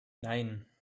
nein